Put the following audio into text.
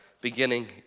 beginning